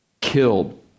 killed